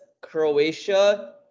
Croatia